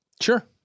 Sure